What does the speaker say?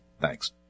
Thanks